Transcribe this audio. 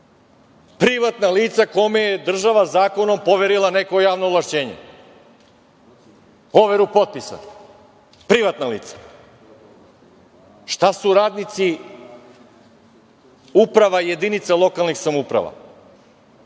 Privatna lica kome je država zakonom poverila neko javno ovlašćenje, overu potpisa. Privatna lica. Šta su radnici uprava jedinica lokalnih samouprava?